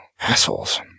Assholes